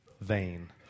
vain